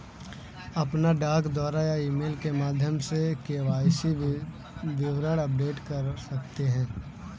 आप डाक द्वारा या ईमेल के माध्यम से के.वाई.सी विवरण अपडेट कर सकते हैं